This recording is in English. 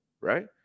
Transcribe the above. right